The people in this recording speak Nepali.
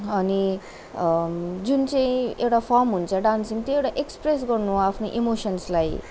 अनि जुन चाहिँ एउटा फम हुन्छ डान्सिङ त्यो एउटा एक्सप्रेस गर्नु हो आफ्नो इमोसन्सलाई